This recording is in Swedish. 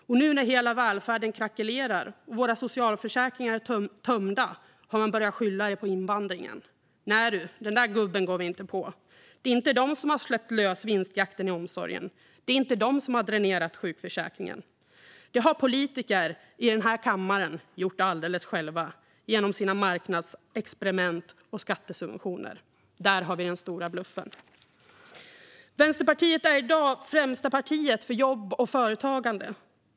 Och nu när hela välfärden krackelerar och våra socialförsäkringar är tömda har man börjat skylla det på invandringen. Nej du, den gubben går vi inte på! Det är inte invandrarna som har släppt lös vinstjakten i omsorgen. Det är inte de som har dränerat sjukförsäkringen. Det har politiker i den här kammaren gjort alldeles själva genom sina marknadsexperiment och skattesubventioner. Där har vi den stora bluffen. Vänsterpartiet är i dag det främsta partiet för jobb och företagande.